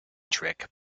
trick